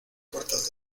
puertas